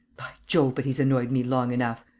jove, but he's annoyed me long enough!